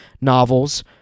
novels